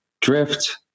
Drift